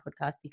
podcast